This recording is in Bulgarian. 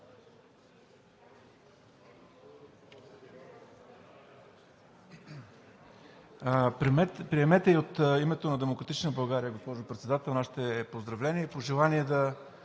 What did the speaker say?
Приемете и от името на „Демократична България“, госпожо Председател, нашите поздравления и пожелания да